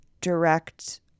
direct